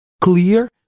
clear